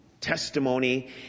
testimony